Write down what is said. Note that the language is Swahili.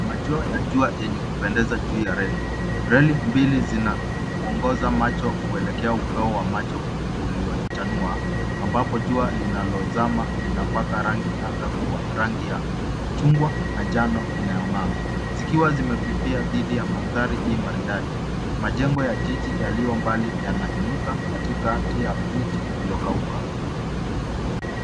Machweo ya jua yenye kupendeza juu ya reli. Reli mbili zinaongoza macho kuelekea upeo wa macho uliochanua, ambapo jua linalozama linapaka rangi anga kwa rangi ya chungwa na njano inayong'aa. Zikiwa zimefifia dhidi ya magari hii maridadi, majengo ya jiji yalio mbali yanainuka katikati ya miti iliyokauka.